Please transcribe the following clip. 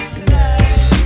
tonight